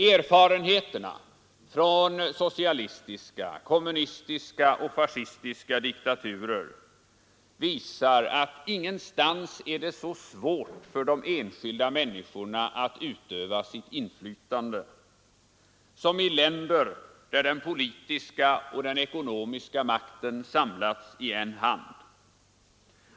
Erfarenheterna från socialistiska, kommunistiska och fascistiska diktaturer visar att ingenstans är det så svårt för de enskilda människorna att utöva sitt inflytande som i länder där den politiska och ekonomiska makten samlats i en hand.